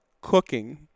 cooking